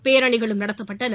பேரணிகளும் நடத்தப்பட்டன